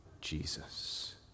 Jesus